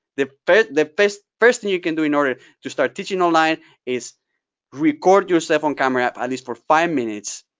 the the first first thing you can do in order to start teaching online is record yourself on camera, at least for five minutes,